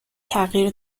تغییر